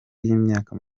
y’imyaka